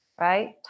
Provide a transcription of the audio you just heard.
right